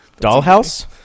dollhouse